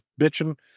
bitching